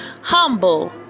humble